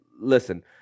listen